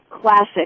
classic